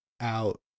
out